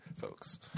folks